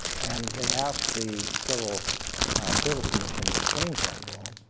and they asked the civil service commission to change that rule.